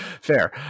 Fair